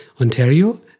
Ontario